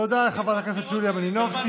תודה לחברת הכנסת יוליה מלינובסקי.